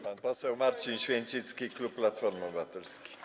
Pan poseł Marcin Święcicki, klub Platformy Obywatelskiej.